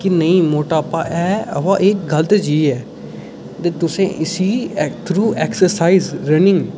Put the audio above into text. कि नेईं मटापा ऐ अवा एह् गलत चीज़ ऐ कि तुसें इसी थ्रू ऐक्सरसाइज़ रनिंग